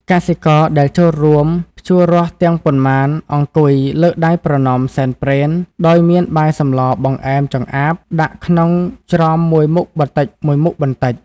កសិករដែលចូលរួមភ្ជួររាស់ទាំងប៉ុន្មានអង្គុយ លើកដៃប្រណម្យសែនព្រេន ដោយមានបាយសម្ល បង្អែម ចម្លាប ដាក់ក្នុងច្រមមួយមុខបន្តិចៗ។